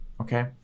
Okay